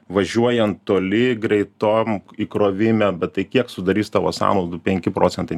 važiuojant toli greitam įkrovime bet tai kiek sudarys tavo sanaudų penki procentai